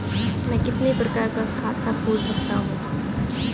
मैं कितने प्रकार का खाता खोल सकता हूँ?